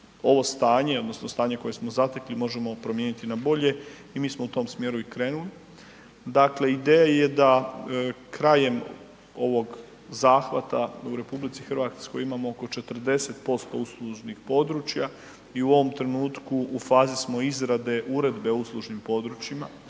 ovo stanje odnosno stanje koje smo zatekli možemo promijeniti na bolje i mi smo u tome smjeru i krenuli. Dakle, ideja je da krajem ovog zahvata u RH imamo oko 40% uslužnih područja i u ovom trenutku u fazi smo izrade Uredbe o uslužnim područjima,